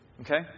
okay